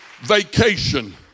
vacation